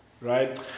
right